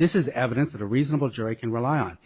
this is evidence that a reasonable jury can rely on